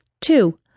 Two